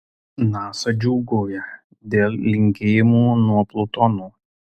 nasa džiūgauja dėl linkėjimų nuo plutono